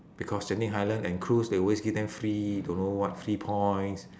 because genting highland and cruise they always give them free don't know what free points